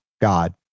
God